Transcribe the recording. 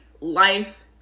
life